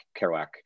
Kerouac